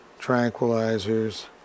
tranquilizers